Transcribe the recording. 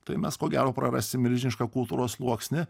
tai mes ko gero prarasim milžinišką kultūros sluoksnį